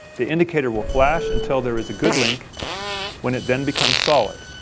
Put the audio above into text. the indicator will flash until there is a good link when it then becomes solid.